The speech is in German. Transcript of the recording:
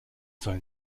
sollen